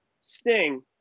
Sting